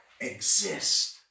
exist